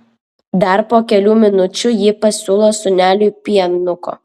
dar po kelių minučių ji pasiūlo sūneliui pienuko